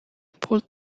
pulled